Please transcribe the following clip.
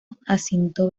jacinto